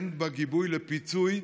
אין בה גיבוי לפיצוי.